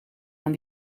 aan